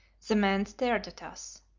the man stared at us.